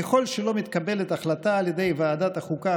ככל שלא מתקבלת החלטה על ידי ועדת החוקה,